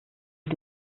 ist